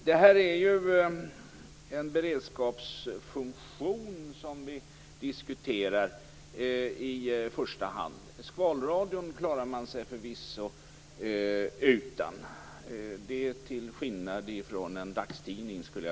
Det här är ju i första hand en beredskapsfunktion som vi diskuterar. Skvalradion klarar man sig förvisso utan, det till skillnad från en dagstidning.